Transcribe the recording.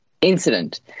incident